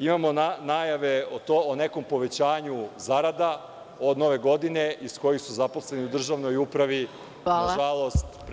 imamo najave o nekom povećanju zarada, od nove godine, iz kojih su zaposleni u državnoj upravi nažalost preskočeni.